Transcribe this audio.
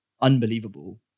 unbelievable